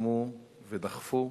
שיזמו ודחפו.